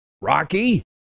Rocky